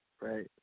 Right